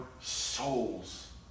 souls